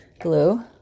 glue